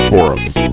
Forums